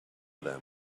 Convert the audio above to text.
them